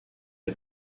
est